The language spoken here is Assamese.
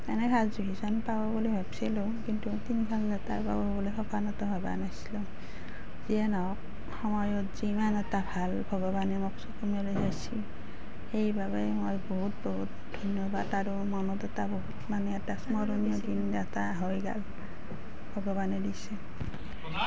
এনে ফাৰ্ষ্ট ডিভিজন পাব বুলি ভাৱিছিলোঁ কিন্তু তিনিখন লেটাৰ পাব বুলি সপানতো ভবা নাছিলো যিয়ে নহওক সময়ত যে ইমান এটা ভাল ভগৱানে মোক চকু মেলি চাইছে সেইবাবে মই বহুত বহুত ধন্যবাদ আৰু মনত এটা বহুত মানে এটা স্মৰণীয় দিন এটা হৈ গ'ল ভগৱানে দিছে